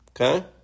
Okay